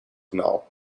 now